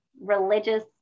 religious